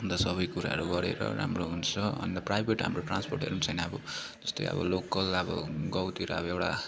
अन्त सबै कुराहरू गरेर राम्रो हुन्छ अन्त प्राइभेट हाम्रो ट्रान्सपोर्टहरू पनि छैन अब जस्तै अब लोकल अब गाउँतिर अब एउटा